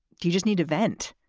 do you just need to vent?